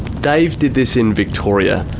dave did this in victoria,